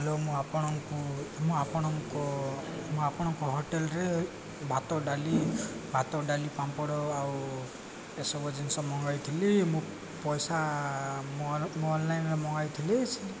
hello ମୁଁ ଆପଣଙ୍କୁ ମୁଁ ଆପଣଙ୍କ ମୁଁ ଆପଣଙ୍କ ହୋଟେଲରେ ଭାତ ଡାଲି ଭାତ ଡାଲି ପାମ୍ପଡ଼ ଆଉ ଏସବୁ ଜିନିଷ ମଙ୍ଗାଇଥିଲି ମୁଁ ପଇସା ମୁଁ ମୁଁ ଅନଲାଇନରେ ମଙ୍ଗାଇଥିଲି